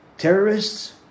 Terrorists